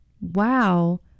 Wow